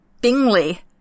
Bingley